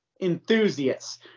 enthusiasts